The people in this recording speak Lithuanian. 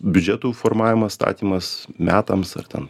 biudžetų formavimas statymas metams ar ten